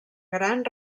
gran